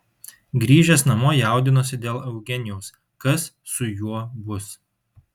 grįžęs namo jaudinosi dėl eugenijaus kas su juo bus